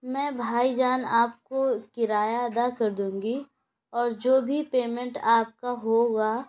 میں بھائی جان آپ کو کرایہ ادا کر دوں گی اور جو بھی پیمنٹ آپ کا ہوگا